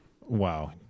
Wow